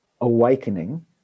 awakening